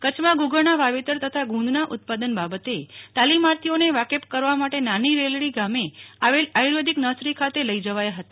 કચ્છમાં ગુગળના વાવેતર તથા ગુંદના ઉત્પાદન બાબતે તાલીમાર્થીઓને વાકેફ કરવા માો નાની રેલડી ગામે આવેલ આયુર્વેદિક નર્સરી ખાતે લઈ જવાયો હતો